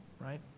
right